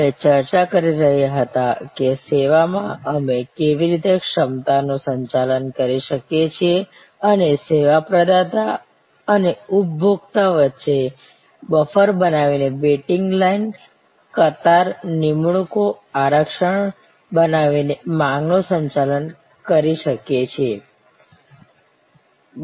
અમે ચર્ચા કરી રહ્યા હતા કે સેવામાં અમે કેવી રીતે ક્ષમતાનું સંચાલન કરી શકીએ છીએ અને સેવા પ્રદાતા અને ઉપભોગતા વચ્ચે બફર બનાવીને વેઇટિંગ લાઇન કતાર નિમણૂંકો આરક્ષણ બનાવીને માંગનું સંચાલન કરી શકીએ છીએ